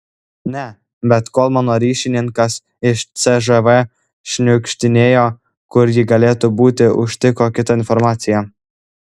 ne bet kol mano ryšininkas iš cžv šniukštinėjo kur ji galėtų būti užtiko kitą informaciją